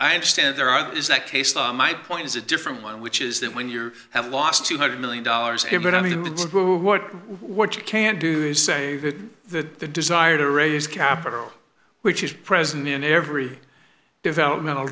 i understand there are that is that case my point is a different one which is that when you have lost two hundred million dollars a year but i mean what you can do is say that the desire to raise capital which is present in every developmental